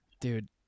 Dude